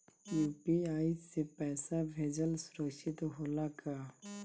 UPI से पैसा भेजल सुरक्षित होला का?